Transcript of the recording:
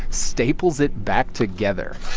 staples it back together